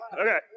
Okay